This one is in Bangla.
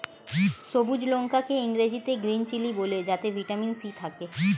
সবুজ লঙ্কা কে ইংরেজিতে গ্রীন চিলি বলে যাতে ভিটামিন সি থাকে